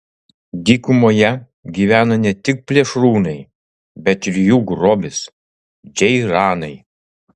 dykumoje gyvena ne tik plėšrūnai bet ir jų grobis džeiranai